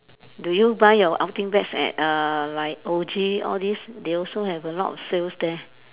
do you buy your outing bags at uh like O_G all this they also have a lot of sales there